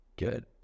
good